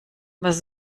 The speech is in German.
was